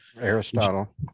Aristotle